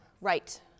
Right